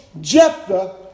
Jephthah